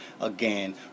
again